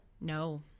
No